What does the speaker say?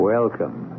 Welcome